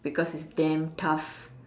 because it's damn tough